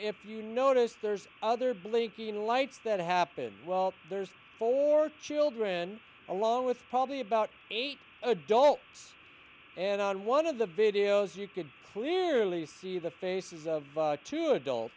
if you notice there's other blinking lights that happen well there's four children along with probably about eight adults and on one of the videos you could clearly see the faces of two adult